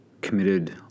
committed